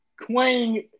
Quang